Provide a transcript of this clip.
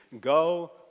Go